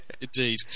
indeed